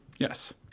Yes